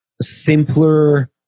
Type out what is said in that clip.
simpler